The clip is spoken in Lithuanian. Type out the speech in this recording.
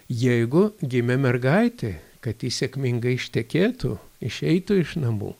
jeigu gimė mergaitė kad ji sėkmingai ištekėtų išeitų iš namų